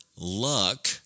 luck